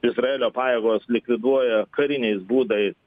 izraelio pajėgos likviduoja kariniais būdais